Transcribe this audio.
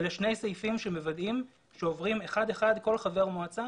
אלה שני סעיפים שמוודאים שעוברים אחד אחד כל חבר מועצה